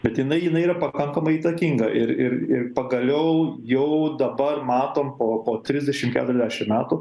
bet jinai jinai yra pakankamai įtakinga ir ir ir pagaliau jau dabar matom po po trisdešim keturiasdešim metų